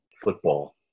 football